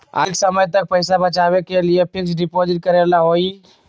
अधिक समय तक पईसा बचाव के लिए फिक्स डिपॉजिट करेला होयई?